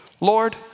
Lord